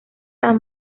las